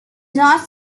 not